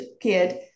kid